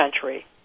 country